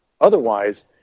Otherwise